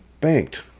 banked